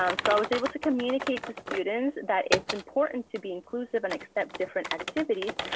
um so i was able to communicate to students that it's important to be inclusive and accept different activities,